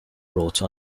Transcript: wrote